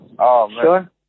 Sure